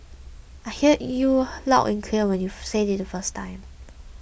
I heard you loud and clear when you said it first time